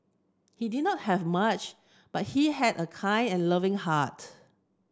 he did not have much but he had a kind and loving heart